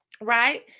right